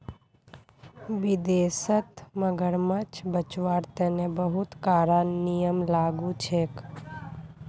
विदेशत मगरमच्छ बचव्वार तने बहुते कारा नियम लागू छेक